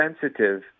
sensitive